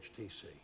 HTC